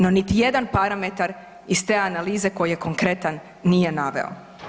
No niti jedan parametar iz te analize koji je konkretan nije naveo.